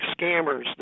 scammers